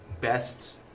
best